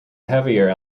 heavier